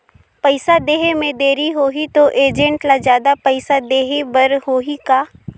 पइसा देहे मे देरी होही तो एजेंट ला जादा पइसा देही बर होही का?